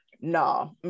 no